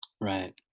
Right